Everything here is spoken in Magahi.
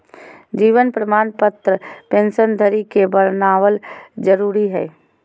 जीवन प्रमाण पत्र पेंशन धरी के बनाबल जरुरी हइ